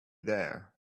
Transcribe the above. there